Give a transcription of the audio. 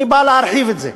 אני בא להרחיב את זה.